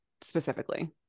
specifically